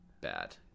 bad